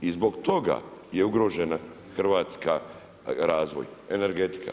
I zbog toga je ugrožena Hrvatska, razvoj, energetika.